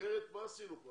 אחרת מה עשינו פה?